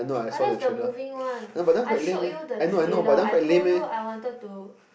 but that's the moving one I showed you the trailer I told you I wanted to